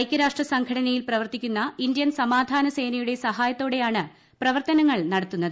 ഐക്യരാഷ്ട്ര സംഘടനയിൽ പ്രവർത്തിക്കുന്ന ഇന്ത്യൻ സമാധാന സേനയുടെ സഹായത്തോടെയാണ് പ്രവർത്തനങ്ങൾ നടത്തുന്നത്